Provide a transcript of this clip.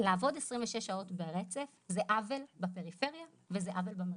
לעבוד 26 ברצף זה עוול בפריפריה וזה עוול במרכז.